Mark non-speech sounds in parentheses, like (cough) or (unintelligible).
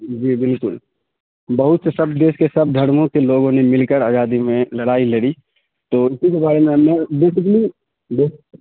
جی بالکل بہت سب دیش کے سب دھرموں کے لوگوں نے مل کر آزادی میں لڑائی لڑی تو (unintelligible)